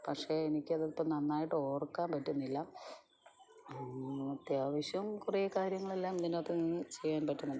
പക്ഷേ എനിക്കതിപ്പം നന്നായിട്ട് ഓർക്കാൻ പറ്റുന്നില്ല അത്യാവശ്യം കുറെ കാര്യങ്ങളെല്ലാം ഇതിനകത്ത് നിന്ന് ചെയ്യാൻ പറ്റുന്നുണ്ട്